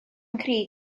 nghri